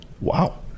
Wow